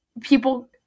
people